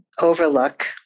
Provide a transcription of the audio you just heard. overlook